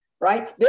right